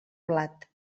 blat